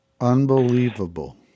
Unbelievable